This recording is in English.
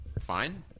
Fine